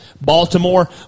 Baltimore